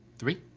three.